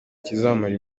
kizamara